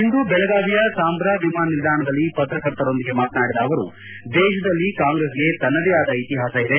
ಇಂದು ಬೆಳಗಾವಿಯ ಸಾಂಬ್ರಾ ವಿಮಾನ ನಿಲ್ದಾಣದಲ್ಲಿ ಪತ್ರಕರ್ತರೊಂದಿಗೆ ಮಾತನಾಡಿದ ಅವರು ದೇಶದಲ್ಲಿ ಕಾಂಗ್ರೆಸ್ಗೆ ತನ್ನದೆ ಆದ ಇತಿಹಾಸ ಇದೆ